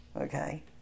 Okay